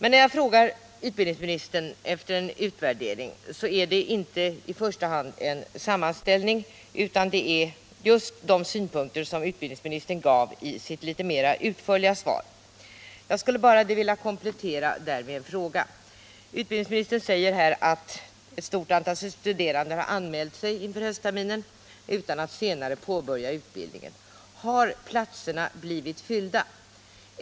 När jag frågat utbildningsministern om en utvärdering var det inte i första hand en sammanställning jag ville ha utan just de synpunkter som utbildningsministern gav i sitt relativt utförliga svar. Jag skulle vilja ställa en kompletterande fråga. Utbildningsministern säger att ett mycket stort antal studerande har anmält sig inför höstterminen utan att senare påbörja utbildningen. Min fråga är: Har platserna blivit fyllda?